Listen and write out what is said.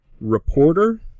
reporter